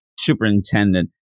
Superintendent